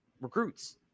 recruits